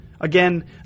Again